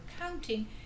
counting